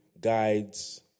guides